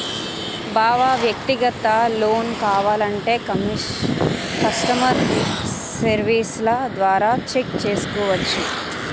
బావా వ్యక్తిగత లోన్ కావాలంటే కష్టమర్ సెర్వీస్ల ద్వారా చెక్ చేసుకోవచ్చు